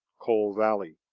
coal valley,